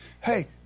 Hey